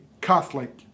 Catholic